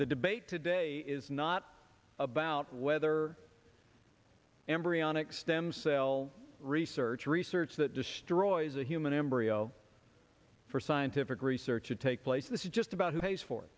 the debate today is not about whether embryonic stem cell research research that destroys a human embryo for scientific research to take place this is just about who pays for it